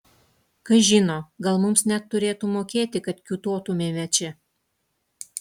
kas žino gal mums net turėtų mokėti kad kiūtotumėme čia